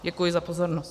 Děkuji za pozornost.